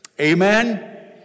Amen